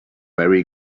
very